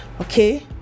okay